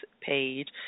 page